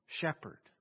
shepherd